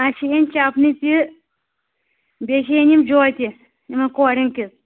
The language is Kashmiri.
اَسہِ چِھ ہیٚنۍ چَپنہِ تہِ بیٚیہِ چھِ ہیٚنۍ یِم جوتیہِ یِمَن کورٮ۪ن کِژھ